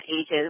ages